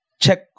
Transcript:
check